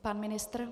Pan ministr?